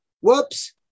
Whoops